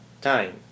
time